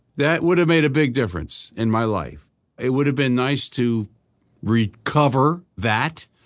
that would have made a big difference in my life it would have been nice to recover that.